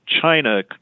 China